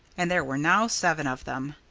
and there were now seven of them.